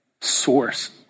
source